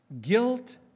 guilt